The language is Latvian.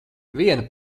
viena